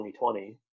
2020